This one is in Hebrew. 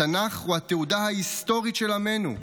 התנ"ך הוא התעודה ההיסטורית של עמנו,